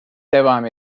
devam